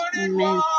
amen